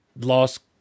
lost